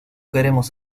queremos